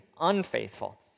unfaithful